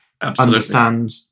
understand